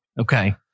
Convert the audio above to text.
Okay